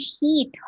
heat